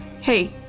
Hey